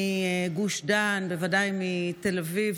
מגוש דן, ובוודאי מתל אביב.